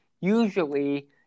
usually